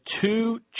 two